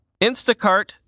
Instacart